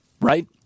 right